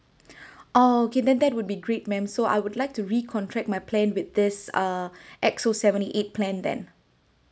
oh okay then that would be great ma'am so I would like to re-contract my plan with this uh X_O seventy-eight plan then